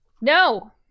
No